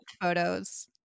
photos